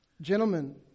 Gentlemen